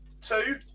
Two